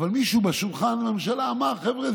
אבל מישהו בשולחן הממשלה אמר: חבר'ה,